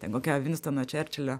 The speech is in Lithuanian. ten kokia vinstono čerčilio